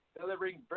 delivering